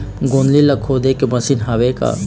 गोंदली ला खोदे के मशीन हावे का?